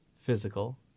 physical